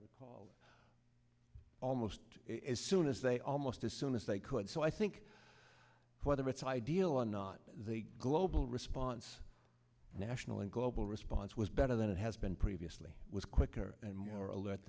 recall almost as soon as they almost as soon as they could so i think whether it's ideal or not they global response national and global response was better than it has been previously was quicker and more alert